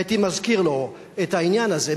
הייתי מזכיר לו את העניין הזה,